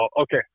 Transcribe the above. Okay